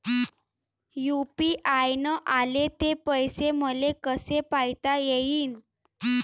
UPI न आले ते पैसे मले कसे पायता येईन?